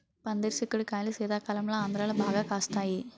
పందిరి సిక్కుడు కాయలు శీతాకాలంలో ఆంధ్రాలో బాగా కాస్తాయి